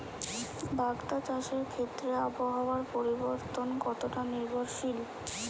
বাগদা চাষের ক্ষেত্রে আবহাওয়ার পরিবর্তন কতটা নির্ভরশীল?